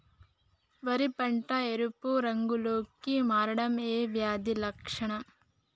వరి పంట ఎరుపు రంగు లో కి మారడం ఏ వ్యాధి లక్షణం?